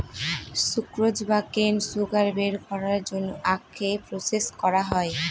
sucrose বা cane sugar বের করার জন্য আখকে প্রসেস করা হয়